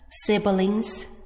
siblings